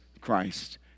Christ